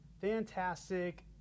fantastic